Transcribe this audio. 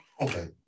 Okay